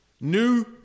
new